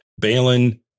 Balin